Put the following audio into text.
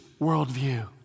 worldview